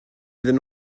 iddyn